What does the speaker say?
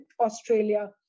Australia